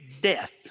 death